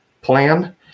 plan